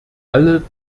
alle